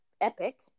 epic